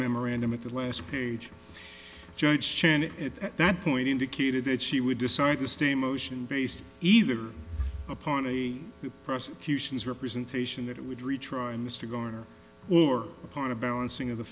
memorandum at the last page judge chen at that point indicated that she would decide to stay motion based either upon a prosecution's representation that would retry mr garner or part a balancing of the